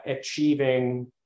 achieving